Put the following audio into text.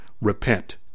repent